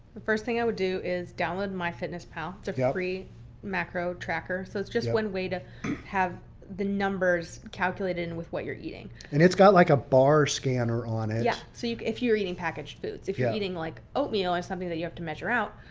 the first thing i would do is download myfitnesspal. it's a free macro tracker, so it's just one way to have the numbers calculate in with what you're eating. and it's got like a bar scanner on it. yeah, so if you're eating packaged foods, if you're eating like oatmeal or something that you have to measure out.